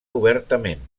obertament